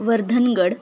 Vardhangad